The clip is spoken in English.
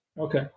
Okay